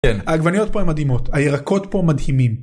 כן, העגבניות פה הן מדהימות, הירקות פה מדהימים.